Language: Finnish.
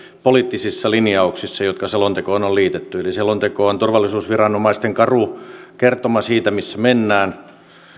poliittisissa linjauksissa jotka selontekoon on liitetty selonteko on turvallisuusviranomaisten karu kertoma siitä missä mennään